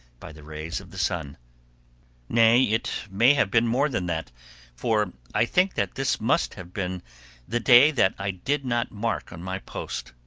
by the rays of the sun nay, it may have been more than that for i think that this must have been the day that i did not mark on my post,